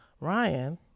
Ryan